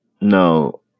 no